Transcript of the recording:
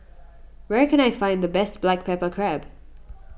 where can I find the best Black Pepper Crab